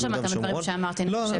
לא שמעת את הדברים שאמרתי אני חושבת,